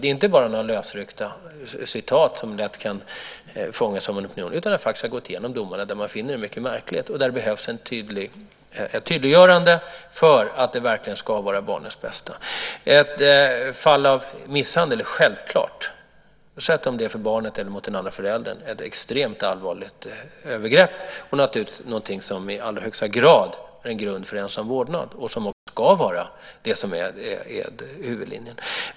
Det är inte bara några lösryckta citat som lätt kan fångas av en opinion, utan man har gått igenom domar där man finner mycket märkligheter. Där behövs ett tydliggörande för att det verkligen ska vara barnets bästa som gäller. När det gäller fall av misshandel är det självklart, oavsett det riktar sig mot barnet eller mot den andra föräldern, att det är ett extremt allvarligt övergrepp. Det är naturligtvis någonting som i allra högsta grad är en grund för ensam vårdnad, och det ska också vara huvudlinjen.